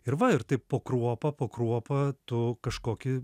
ir va ir taip po kruopą po kruopą tu kažkokį